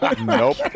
Nope